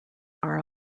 are